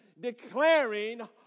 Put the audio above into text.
declaring